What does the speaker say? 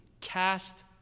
cast